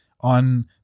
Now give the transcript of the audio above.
on